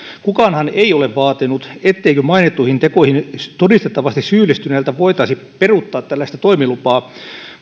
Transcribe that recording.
kukaanhan ei ole vaatinut etteikö mainittuihin tekoihin todistettavasti syyllistyneeltä voitaisi peruuttaa tällaista toimilupaa